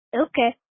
Okay